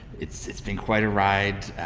it's it's been quite a ride.